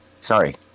Sorry